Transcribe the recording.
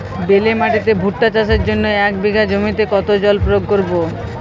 বেলে মাটিতে ভুট্টা চাষের জন্য এক বিঘা জমিতে কতো জল প্রয়োগ করব?